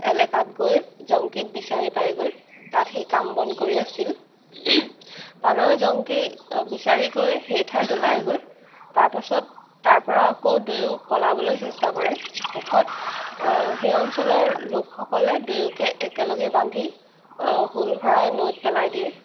এলেকাত গৈ জংকীক বিচাৰি পায়গৈ তাত সি কামবন কৰি আছিল পানৈ জংকীক বিচাৰি গৈ সেই ঠাইত ওলাই গৈ তাৰপিছত তাৰপৰা আকৌ দুয়ো পলাবলৈ চেষ্টা কৰে শেষত সেই অঞ্চলৰ লোকসকলে দুয়োকে একেলগে বান্ধি শূল ভৰাই নৈত পেলাই দিয়ে